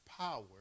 power